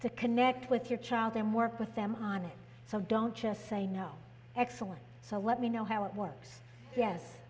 to connect with your child and work with them on it so don't just say no excellent so let me know how it works yes